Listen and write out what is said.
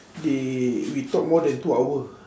they we talk more than two hour